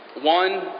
One